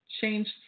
changed